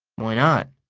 why not?